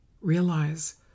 realize